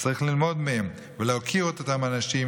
אז צריך ללמוד מהם ולהוקיר את אותם אנשים